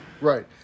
Right